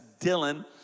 Dylan